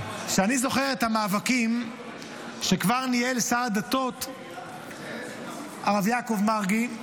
שאני זוכר את המאבקים שכבר ניהל שר הדתות הרב יעקב מרגי.